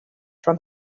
from